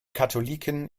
katholiken